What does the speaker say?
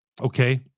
Okay